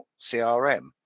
CRM